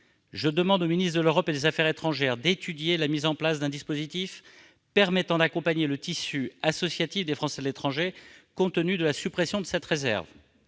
Je demande au ministre de l'Europe et des affaires étrangères [...] d'étudier la mise en place d'un dispositif permettant d'accompagner le tissu associatif des Français de l'étranger compte tenu de la suppression de cette réserve.